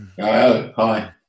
Hi